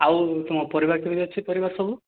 ଆଉ ତୁମ ପରିବାର କେମିତି ଅଛି ପରିବାର ସବୁ